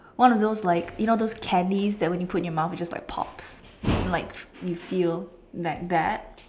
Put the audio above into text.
one of those like you know those patties that when you put in your mouth and it just pops and you feel like that